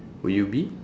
will you be